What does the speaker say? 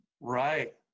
right